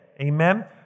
Amen